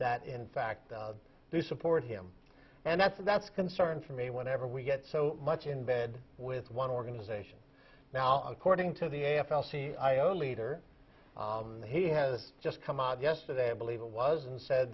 that in fact do support him and that's that's a concern for me whenever we get so much in bed with one organization now according to the a f l see i only need or he has just come out yesterday i believe it was and said